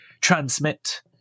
transmit